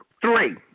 three